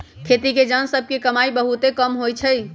खेती के जन सभ के कमाइ बहुते कम होइ छइ